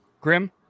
Grim